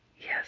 Yes